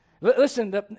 Listen